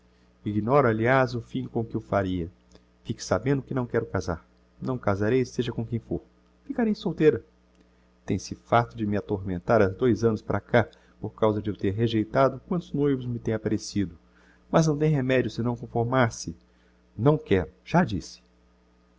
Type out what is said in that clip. ignoro aliás o fim com que o faria fique sabendo que não quero casar não casarei seja com quem fôr ficarei solteira tem-se farto de me atormentar ha dois annos para cá por causa de eu ter rejeitado quantos noivos me tem apparecido mas não tem remedio senão conformar se não quero já disse